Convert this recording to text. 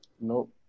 Nope